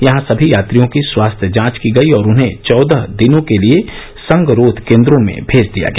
यहां सभी यात्रियों की स्वास्थ्य जांच की गई और उन्हें चौदह दिनों के लिए संगरोध केन्द्रों में भेज दिया गया